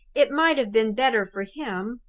it might have been better for him,